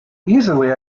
easily